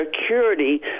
security